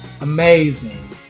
Amazing